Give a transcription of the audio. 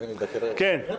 כן.